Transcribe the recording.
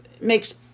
makes